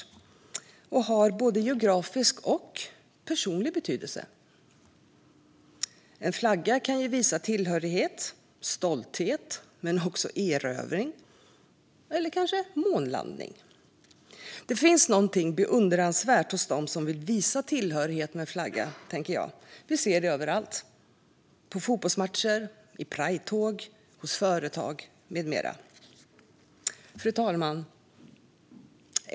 En flagga har ofta både geografisk och personlig betydelse. En flagga kan visa tillhörighet och stolthet, men också erövring eller kanske månlandning. Det finns något beundransvärt hos dem som vill visa tillhörighet till en flagga, tycker jag. Vi ser det överallt: på fotbollsmatcher, i pridetåg, hos företag med mera. Fru talman!